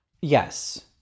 Yes